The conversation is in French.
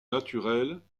naturelle